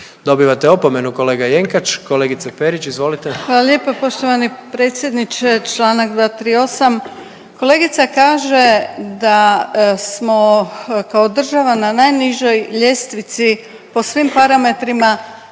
dobivate opomenu kolega Jenkač. Kolegice Perić, izvolite. **Perić, Grozdana (HDZ)** Hvala lijepa poštovani predsjedniče, čl. 238.. Kolegica kaže da smo kao država na najnižoj ljestvici po svim parametrima.